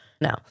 No